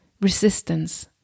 resistance